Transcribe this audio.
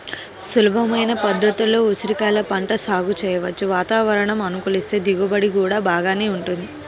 సులభమైన పద్ధతుల్లో ఉసిరికాయల పంట సాగు చెయ్యొచ్చు, వాతావరణం అనుకూలిస్తే దిగుబడి గూడా బాగానే వుంటది